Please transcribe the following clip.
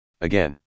again